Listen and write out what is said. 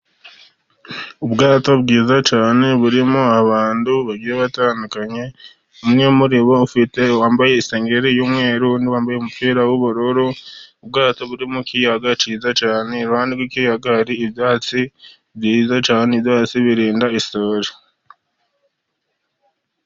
Ubwato bwiza cyane burimo abantu bagiye batandukanye, umwe muri bo ufite wambaye isengeri y'umweru, undi wambaye umupira w'ubururu, ubwato buri mu kiyaga cyiza cyane, iruhande rw'ikiyaga hari ibyatsi byiza, ibyatsi birinda isasho.